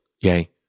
yay